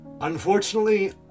unfortunately